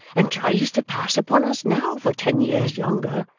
and tries to pass upon us now, for ten year younger.